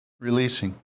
releasing